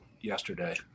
yesterday